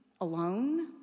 alone